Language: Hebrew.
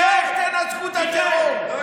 איך תנצחו את הטרור?